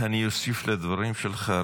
אני אוסיף לדברים שלך,